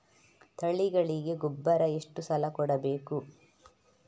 ತಳಿಗಳಿಗೆ ಗೊಬ್ಬರ ಎಷ್ಟು ಸಲ ಕೊಡಬೇಕು?